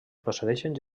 procedeixen